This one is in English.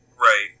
Right